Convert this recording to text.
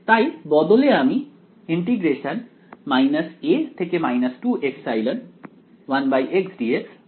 তাই বদলে আমি এটা করি